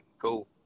cool